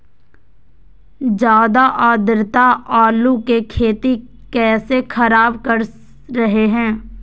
ज्यादा आद्रता आलू की खेती कैसे खराब कर रहे हैं?